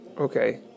Okay